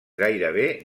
gairebé